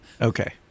Okay